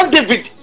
David